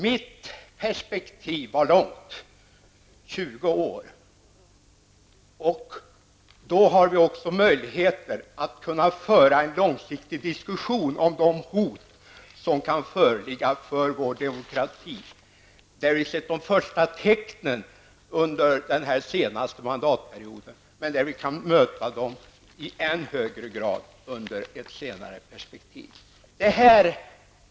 Mitt perspektiv var långt, 20 år. Då har vi också möjligheter att föra en långsiktig diskussion om de hot som kan föreligga för vår demokrati. Vi har sett de första tecknen under den senaste mandatperioden, men vi kan möta dem i än högre grad i ett senare perspektiv.